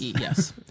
Yes